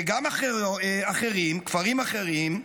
וגם כפרים אחרים,